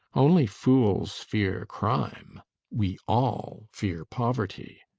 only fools fear crime we all fear poverty.